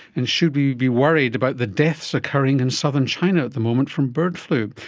and should we be worried about the deaths occurring in southern china at the moment from bird flu.